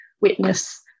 witness